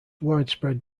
widespread